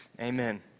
Amen